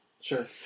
Sure